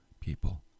people